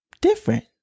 different